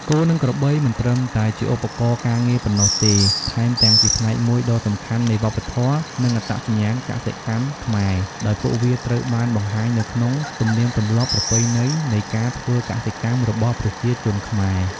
គោ និងក្របីមិនត្រឹមតែជាឧបករណ៍ការងារប៉ុណ្ណោះទេ ថែមទាំងជាផ្នែកមួយដ៏សំខាន់នៃវប្បធម៌ និងអត្តសញ្ញាណកសិកម្មខ្មែរ ដោយពួកវាត្រូវបានបង្ហាញនៅក្នុងទំនៀមទម្លាប់ ប្រពៃណី នៃការធ្វើកសិកម្មរបស់ប្រជាជនខ្មែរ។